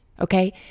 Okay